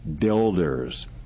builders